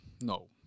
no